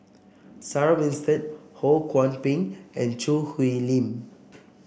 Sarah Winstedt Ho Kwon Ping and Choo Hwee Lim